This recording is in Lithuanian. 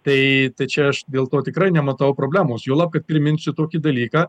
tai čia aš dėl to tikrai nematau problemos juolab kad priminsiu tokį dalyką